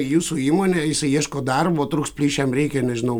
jūsų įmonėj jisai ieško darbo trūks plyš jam reikia nežinau